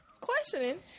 Questioning